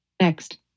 Next